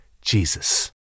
Jesus